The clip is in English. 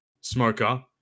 smoker